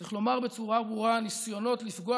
צריך לומר בצורה ברורה: הניסיונות לפגוע